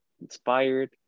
Inspired